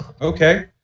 Okay